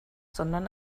sondern